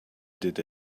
did